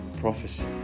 prophecy